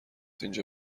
اینجا